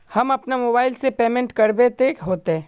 हम अपना मोबाईल से पेमेंट करबे ते होते?